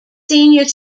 senior